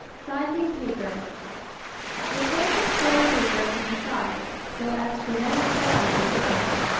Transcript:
sizing paper the coarsest foreign paper can be sized, so as to prevent its blotting when written on,